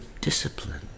discipline